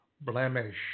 blemish